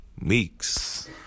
Meeks